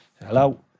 Hello